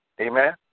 Amen